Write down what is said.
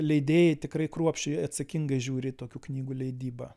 leidėjai tikrai kruopščiai atsakingai žiūri į tokių knygų leidybą